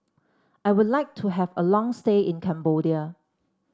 I would like to have a long stay in Cambodia